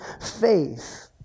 faith